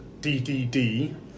DDD